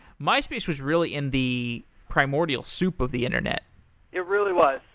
myspace was really in the primordial soup of the internet it really was.